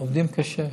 עובדים קשה.